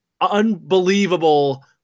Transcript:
Unbelievable